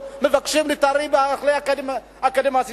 לא מבקשים להתערב ב"אקדמיזציה".